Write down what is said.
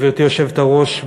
גברתי היושבת-ראש,